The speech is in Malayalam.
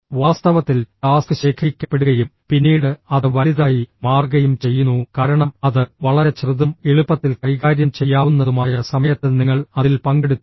വാസ്തവത്തിൽ ടാസ്ക് ശേഖരിക്കപ്പെടുകയും പിന്നീട് അത് വലുതായി മാറുകയും ചെയ്യുന്നു കാരണം അത് വളരെ ചെറുതും എളുപ്പത്തിൽ കൈകാര്യം ചെയ്യാവുന്നതുമായ സമയത്ത് നിങ്ങൾ അതിൽ പങ്കെടുത്തില്ല